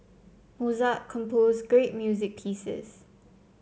Mozart composed great music pieces